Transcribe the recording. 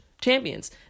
champions